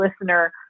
listener